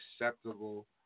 acceptable